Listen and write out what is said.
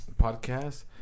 podcast